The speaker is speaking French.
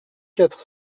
quatre